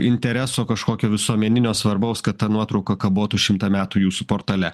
intereso kažkokio visuomeninio svarbaus kad ta nuotrauka kabotų šimtą metų jūsų portale